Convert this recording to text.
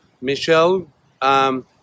Michelle